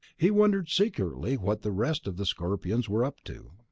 he wondered secretly what the rest of the scorpions were up to.